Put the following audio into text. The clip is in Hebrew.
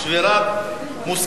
שביתת העובדים